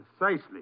Precisely